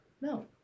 no